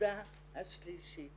הנקודה השלישית